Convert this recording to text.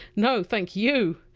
no, thank you!